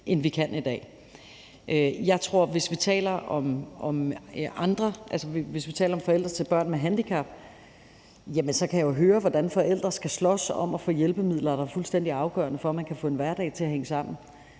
end vi kan i dag. Hvis vi taler om forældre til børn med handicap, kan jeg jo høre, hvordan forældre skal slås om at få hjælpemidler, der er fuldstændig afgørende for, at man kan få en hverdag til at hænge sammen.